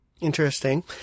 Interesting